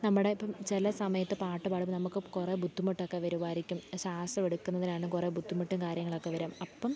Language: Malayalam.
നമ്മുടെ ഇപ്പോൾ ചില സമയത്തു പാട്ടു പാടുമ്പോൾ നമുക്കു കുറേ ബുദ്ധിമുട്ടൊക്കെ വരുമായിരിക്കും ശ്വാസമെടുക്കുന്നതിനാലും കുറേ ബുദ്ധിമുട്ടും കാര്യങ്ങളൊക്കെ വരും അപ്പം